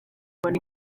buri